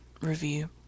review